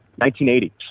1980